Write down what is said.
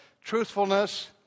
truthfulness